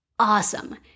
Awesome